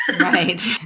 Right